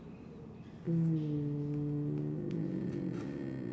mm